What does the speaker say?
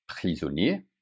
prisonnier